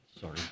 Sorry